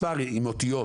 מספר עם אותיות.